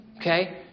Okay